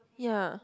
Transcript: ya